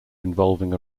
involving